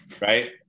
right